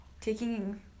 Taking